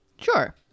sure